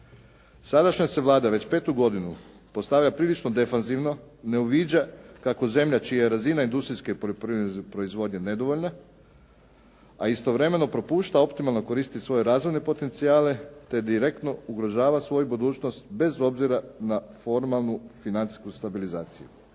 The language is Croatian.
Sadašnja se Vlada već 5. godinu postavlja prilično defanzivno, ne uviđa kako zemlja čija je razina industrijske i poljoprivredne proizvodnje nedovoljna, a istovremeno propušta optimalno koristiti svoje razvojne potencijale te direktno ugrožava svoju budućnost, bez obzira na formalnu financijsku stabilizaciju.